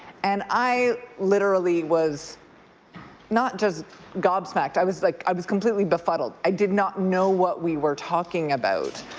and i literally was not just gobsmacked, i was like i was completely befuddled. i did not know what we were talking about.